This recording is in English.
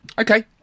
okay